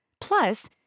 Plus